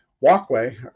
walkway